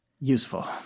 Useful